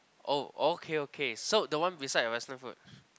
oh okay okay so the one beside your western food